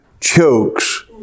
chokes